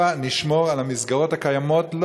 הבה נשמור על המסגרות הקיימות,